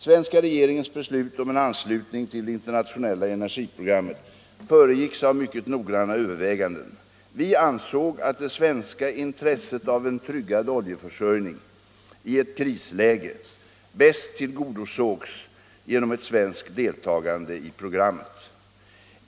Svenska regeringens beslut om en anslutning till det internationella energiprogrammet föregicks av mycket noggranna överväganden. Vi ansåg att det svenska intresset av en tryggad oljeförsörjning i ett krisläge bäst tillgodosågs genom ett svenskt deltagande i programmet.